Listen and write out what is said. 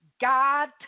God